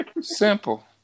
Simple